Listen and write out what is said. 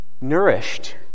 nourished